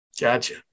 Gotcha